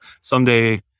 someday